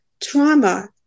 trauma